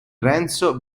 renzo